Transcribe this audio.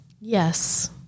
Yes